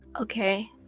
Okay